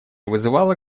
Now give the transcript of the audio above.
вызывало